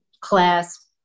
class